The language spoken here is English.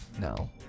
No